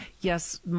yes